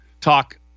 talk